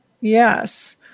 Yes